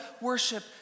worship